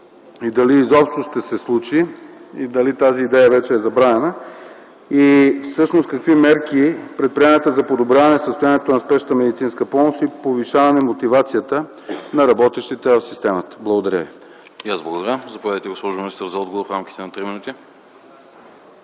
и дали изобщо ще се случи? Дали тази идея вече е забравена? Какви мерки предприемате за подобряване състоянието на Спешната медицинска помощ и за повишаване мотивацията на работещите в системата? Благодаря ви.